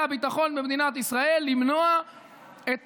הביטחון במדינת ישראל כלים למנוע את